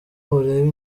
urebe